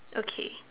okay